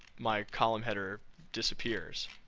my column header disappears.